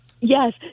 Yes